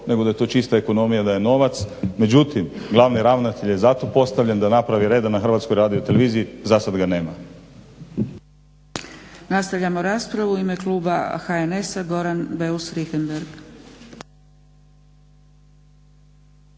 nego da je to čista ekonomija, da je novac. Međutim, glavni ravnatelj je zato postavljen da napravi reda na HRT-u, zasad ga nema.